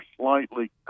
slightly